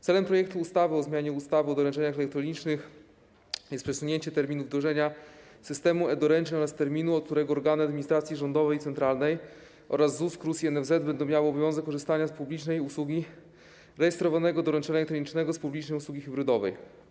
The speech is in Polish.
Celem projektu ustawy o zmianie ustawy o doręczeniach elektronicznych jest przesunięcie terminu wdrożenia systemu e-doręczeń oraz terminu, od którego organy administracji rządowej i centralnej oraz ZUS, KRUS i NFZ będą miały obowiązek korzystania z publicznej usługi rejestrowanego doręczenia elektronicznego, z publicznej usługi hybrydowej.